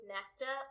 Nesta